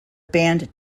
band